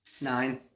nine